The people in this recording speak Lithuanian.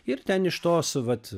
ir ten iš tos vat